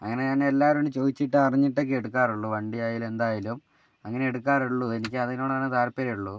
അങ്ങനെ ഞാനെല്ലാവരോടും ചോദിച്ചിട്ട് അറിഞ്ഞിട്ടൊക്കെ എടുക്കാറുള്ളൂ വണ്ടിയായാലും എന്തായാലും അങ്ങനെ എടുക്കാറുള്ളൂ എനിക്കതിനോടാണ് താല്പര്യമുള്ളൂ